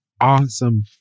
awesome